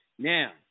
Now